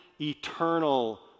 eternal